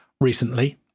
recently